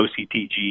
OCTG